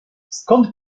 skąd